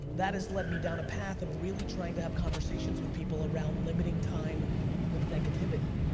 that has led me down a path of really trying to have conversations with people around limiting time with negativity.